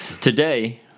today